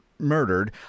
murdered